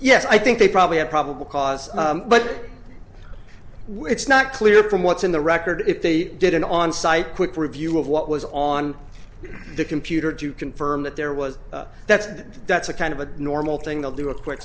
yes i think they probably have probable cause but it's not clear from what's in the record if they did an on site quick review of what was on the computer to confirm that there was that's that's a kind of a normal thing they'll do a quick